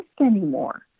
anymore